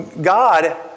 God